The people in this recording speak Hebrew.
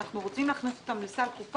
השירות ואז אנחנו מגיעים לוועדת הכספים.